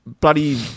bloody